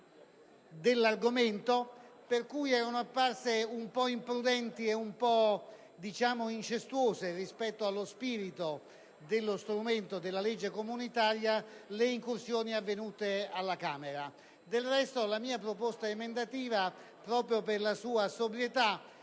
dell'argomento, per cui erano apparse un po' imprudenti e "incestuose" rispetto allo spirito dello strumento della legge comunitaria le incursioni avvenute alla Camera. Del resto, la mia proposta emendativa, proprio per la sua sobrietà,